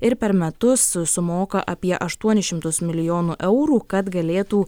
ir per metus sumoka apie aštuonis šimtus milijonų eurų kad galėtų